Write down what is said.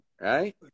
right